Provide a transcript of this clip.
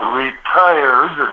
retired